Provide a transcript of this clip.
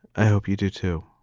i hope you do, too.